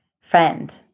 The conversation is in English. friend